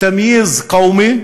"תמייז קוומי"